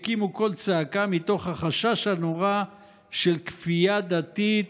הקימו קול צעקה מתוך החשש הנורא של כפייה דתית